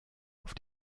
auf